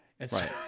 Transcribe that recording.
Right